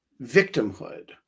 victimhood